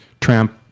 Trump